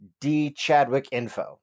dchadwickinfo